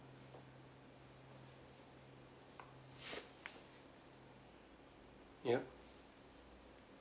yup